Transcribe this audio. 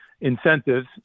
incentives